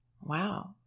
wow